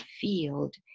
field